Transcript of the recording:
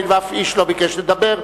הואיל ואיש לא ביקש לדבר,